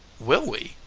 will we?